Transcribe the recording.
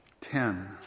ten